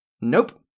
Nope